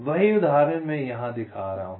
वही उदाहरण मैं यहाँ दिखा रहा हूँ